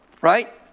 right